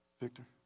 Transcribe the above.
Victor